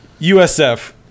USF